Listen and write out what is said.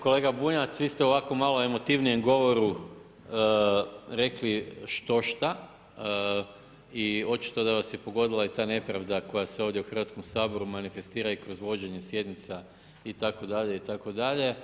Kolega Bunjac vi ste u ovako malo emotivnijem govoru rekli štošta i očito da vas je pogodila i ta nepravda koja se ovdje u Hrvatskom saboru manifestira i kroz vođenje sjednica itd., itd.